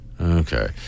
Okay